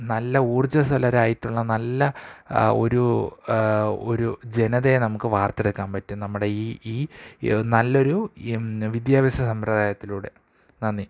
നല്ല ഊർജസ്വലരായിട്ടുള്ള നല്ല ഒരു ഒരു ജനതയെ നമുക്ക് വാർത്തെടുക്കാൻ പറ്റും നമ്മുടെ ഈ ഈ നല്ലൊരു വിദ്യാഭ്യാസ സമ്പ്രദായത്തിലൂടെ നന്ദി